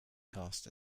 cast